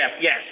Yes